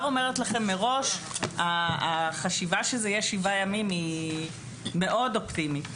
אומרת לכם מראש שהחשיבה שאלה יהיו שבעה ימים היא מאוד אופטימית.